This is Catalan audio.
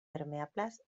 permeables